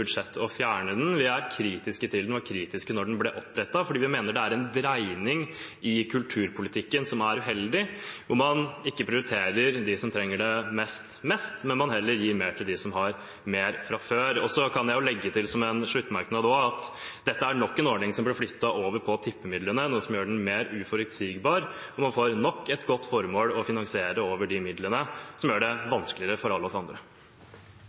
budsjett forslag om å fjerne den. Vi er kritiske til den, og vi var kritiske da den ble opprettet, fordi vi mener det er en dreining i kulturpolitikken som er uheldig, og man prioriterer ikke de som trenger det mest, men man gir heller mer til dem som har mest fra før. Så kan jeg legge til som en sluttmerknad at dette er nok en ordning som ble flyttet over på tippemidlene, noe som gjør den mer uforutsigbar, og man får nok et godt formål å finansiere over tippemidlene, som gjør det vanskeligere for alle oss andre.